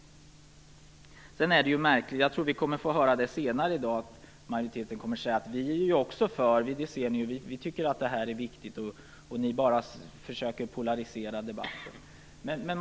Vi kommer förmodligen att senare i dag få höra majoriteten säga att den också är för friskolorna, att den tycker att de är viktiga och att vi bara försöker polarisera debatten.